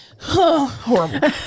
horrible